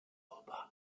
europa